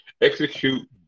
execute